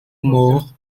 mort